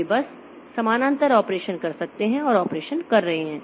वे बस समानांतर ऑपरेशन कर सकते हैं और ऑपरेशन कर रहे हैं